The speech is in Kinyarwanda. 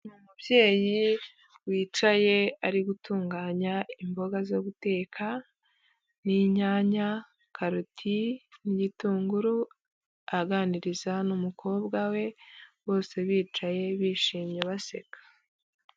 Umubyeyi wicaye ari gutunganya imboga zo guteka, n'inyanya, karoti, n'igitunguru, aganiriza n'umukobwa we, bose bicaye bishimye baseka.